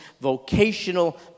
vocational